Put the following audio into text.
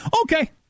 Okay